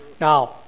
Now